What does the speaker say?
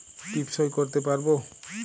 টিপ সই করতে পারবো?